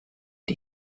die